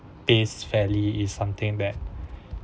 is fairly is something that